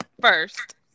First